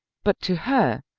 but, to her,